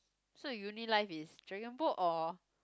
so you uni life is dragon boat or